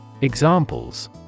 Examples